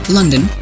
London